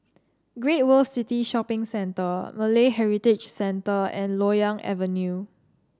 Great World City Shopping Centre Malay Heritage Centre and Loyang Avenue